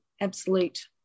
absolute